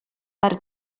per